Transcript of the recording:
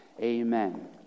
amen